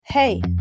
Hey